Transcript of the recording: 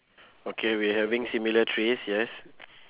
okay we having similar trees yes